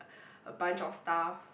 a bunch of stuff